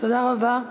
תודה רבה.